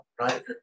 right